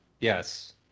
Yes